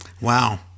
wow